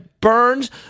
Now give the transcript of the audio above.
burns